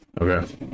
okay